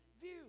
view